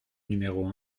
numéro